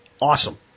Awesome